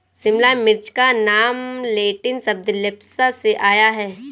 शिमला मिर्च का नाम लैटिन शब्द लेप्सा से आया है